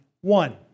one